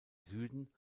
süden